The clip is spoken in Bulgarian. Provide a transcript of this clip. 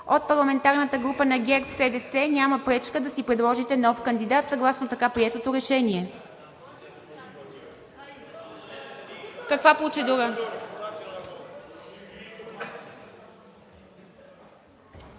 От парламентарната група на ГЕРБ-СДС няма пречка да си предложите нов кандидат съгласно така приетото решение. ДЕСИСЛАВА